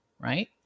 right